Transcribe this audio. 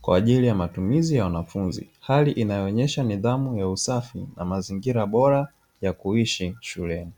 kwa ajili ya matumizi ya wanafunzi, hali inayoonyesha nidhamu ya usafi na mazingira bora ya kuishi shuleni.